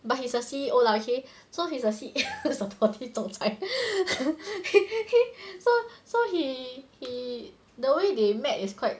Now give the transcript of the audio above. but he's a C_E_O lah okay so he's a C_E_O not supportive 总裁 K so so he he the way they met is quite